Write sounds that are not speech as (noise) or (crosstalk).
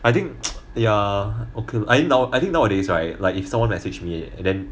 I think (noise) ya okay I think now I think nowadays right like if someone message me and then